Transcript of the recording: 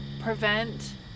prevent